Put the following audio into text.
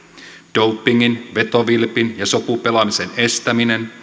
dopingin vetovilpin ja sopupelaamisen estäminen